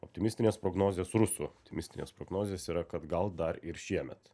optimistinės prognozės rusų optimistinės prognozės yra kad gal dar ir šiemet